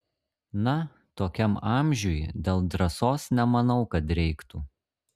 na tokiam amžiuj dėl drąsos nemanau kad reiktų